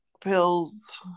pills